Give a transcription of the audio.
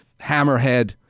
hammerhead